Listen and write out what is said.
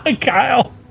Kyle